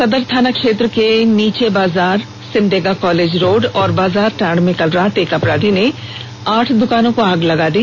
सदर थाना क्षेत्र के नीचे बाजार सिमडेगा कॉलेज रोड और बाजारटांड में कल रात एक अपराधी ने आठ दुकानों में आग लगा दी